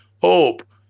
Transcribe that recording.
hope